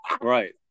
Right